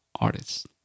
artists